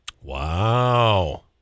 Wow